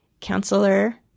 counselor